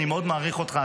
אני מאוד מעריך אותך,